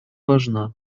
важна